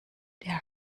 der